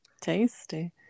Tasty